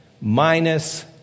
minus